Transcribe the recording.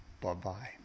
Bye-bye